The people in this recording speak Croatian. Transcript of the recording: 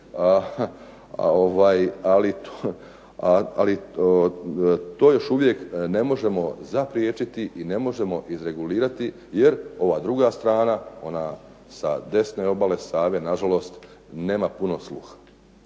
ali to još uvijek ne možemo zapriječiti i ne možemo izregulirati, jer ova druga strana ona sa desne obale Save nažalost nema puno sluha.